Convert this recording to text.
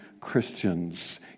Christians